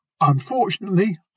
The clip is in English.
Unfortunately